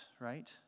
right